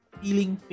feeling